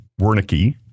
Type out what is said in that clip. Wernicke